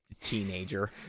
teenager